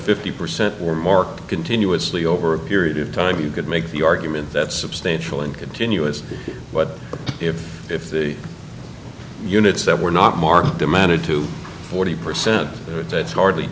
fifty percent or more continuously over a period of time you could make the argument that substantial and continuous but if if the units that were not marked demanded to forty percent that's hardly